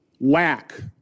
lack